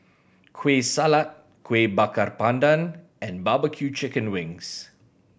Kueh Salat Kuih Bakar Pandan and barbecue chicken wings